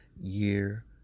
year